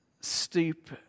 stoop